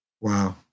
Wow